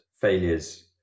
failures